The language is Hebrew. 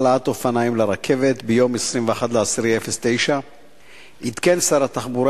העלאת אופניים לרכבת: ביום 21 באוקטובר 2009 עדכן שר התחבורה